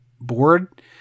board